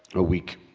a week